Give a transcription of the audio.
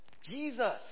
Jesus